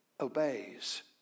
obeys